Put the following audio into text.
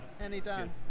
Anytime